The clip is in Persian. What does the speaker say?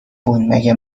بود، مگه